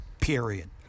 period